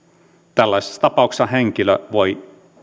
tällaisissa tapauksissa henkilö voi